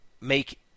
make